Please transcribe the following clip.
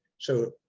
so,